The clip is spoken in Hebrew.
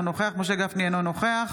אינו נוכח